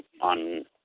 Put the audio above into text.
On